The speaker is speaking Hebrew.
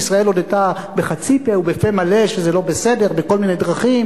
וישראל הודתה בחצי פה ובפה מלא שזה לא בסדר בכל מיני דרכים,